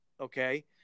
okay